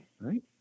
Right